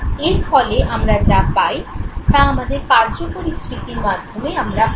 এর ফলে আমরা যা পাই তা আমাদের কার্যকরী স্মৃতির মাধ্যমে আমরা পাই